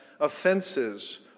offenses